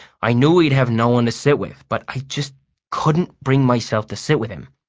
i knew he'd have no one to sit with, but i just couldn't bring myself to sit with him.